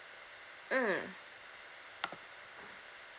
mm